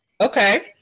Okay